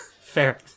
Fair